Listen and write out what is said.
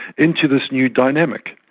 into this new dynamic.